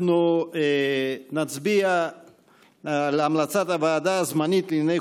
אנחנו נצביע על המלצת הוועדה הזמנית לענייני